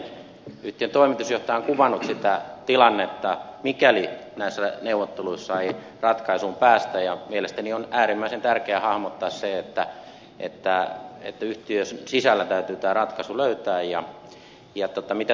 yhtiön toimitusjohtaja on kuvannut sitä tilannetta mikäli näissä neuvotteluissa ei ratkaisuun päästä ja mielestäni on äärimmäisen tärkeää hahmottaa se että yhtiön sisällä täytyy tämä ratkaisu löytää